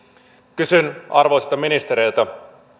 kysyn arvoisilta ministereiltä